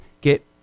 get